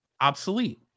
obsolete